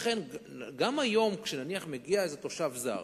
לכן, גם היום, כשנניח מגיע תושב זר,